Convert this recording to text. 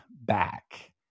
back